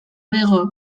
bego